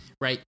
right